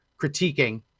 critiquing